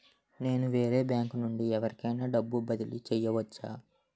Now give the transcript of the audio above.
నేను వేరే బ్యాంకు నుండి ఎవరికైనా డబ్బు బదిలీ చేయవచ్చా?